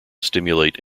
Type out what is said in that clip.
stimulate